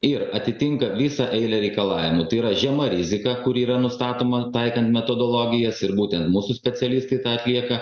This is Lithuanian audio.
ir atitinka visą eilę reikalavimų tai yra žema rizika kuri yra nustatoma taikant metodologijas ir būtent mūsų specialistai atlieka